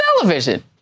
television